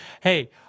Hey